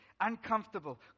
uncomfortable